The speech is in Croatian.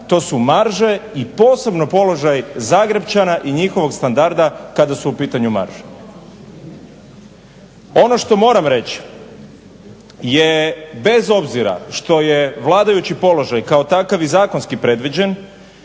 To su marže i posebno položaj Zagrepčana i njihovog standarda kada su u pitanju marže. Ono što moram reći je bez obzira što je vladajući položaj kao takav i zakonski predviđen,